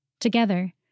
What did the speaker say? Together